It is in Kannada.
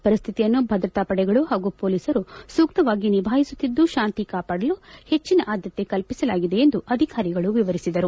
ಪರಿಸ್ವಿತಿಯನ್ನು ಭದ್ರತಾಪಡೆಗಳು ಹಾಗೂ ಪೊಲೀಸರು ಸೂಕ್ತವಾಗಿ ನಿಭಾಯಿಸುತ್ತಿದ್ದು ಶಾಂತಿಕಾಪಾಡಲು ಹೆಚ್ಚಿನ ಆದ್ಯತೆ ಕಲ್ಪಿಸಲಾಗಿದೆ ಎಂದು ಅಧಿಕಾರಿಗಳು ವಿವರಿಸಿದರು